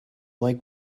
like